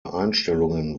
einstellungen